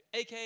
AK